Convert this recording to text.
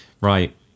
right